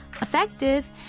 effective